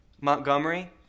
Montgomery